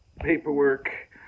paperwork